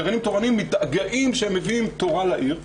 גרעינים תורניים מתגאים שהם מביאים תורה לעיר,